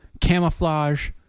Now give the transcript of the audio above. camouflage